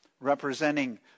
Representing